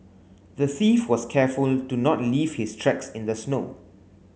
the thief was careful to not leave his tracks in the snow